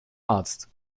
arzt